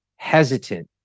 hesitant